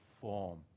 form